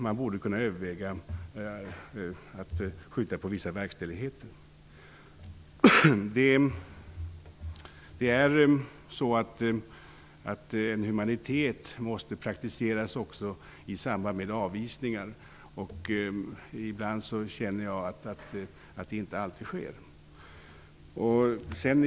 Man borde kunna överväga att skjuta på verkställigheten i vissa fall. Humanitet måste praktiseras också i samband med avvisningar. Ibland känner jag att det inte alltid sker.